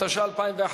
התשע"א 2011,